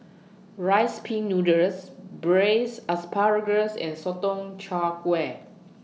Rice Pin Noodles Braised Asparagus and Sotong Char Kway